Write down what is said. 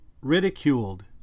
ridiculed